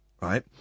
Right